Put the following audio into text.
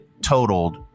totaled